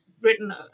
written